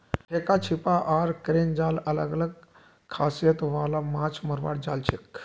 फेका छीपा आर क्रेन जाल अलग अलग खासियत वाला माछ मरवार जाल छिके